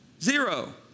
Zero